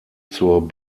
zur